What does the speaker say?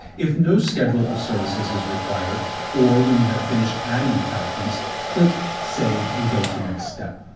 if no schedule of services is required or when you have finished adding attachments, click save and go to next step.